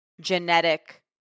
genetic